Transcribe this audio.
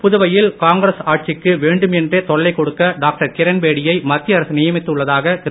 புதுவையில் காங்கிரஸ் ஆட்சிக்கு வேண்டும் என்றே தொல்லை கொடுக்க டாக்டர் கிரண்பேடியை மத்திய அரசு நியமித்துள்ளதாக திரு